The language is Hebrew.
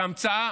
זה המצאה,